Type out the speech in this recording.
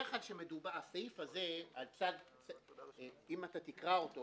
הסעיף הזה, אם אתה תקרא אותו